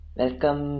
welcome